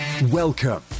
Welcome